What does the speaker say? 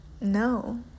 no